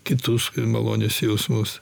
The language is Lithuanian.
kitus malonius jausmus